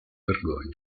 vergogna